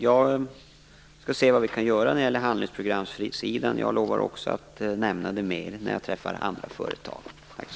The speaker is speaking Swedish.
Jag skall se vad vi kan göra på handlingsprogramsidan, och jag lovar också att nämna detta när jag träffar andra företagare.